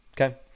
okay